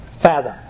fathom